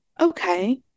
okay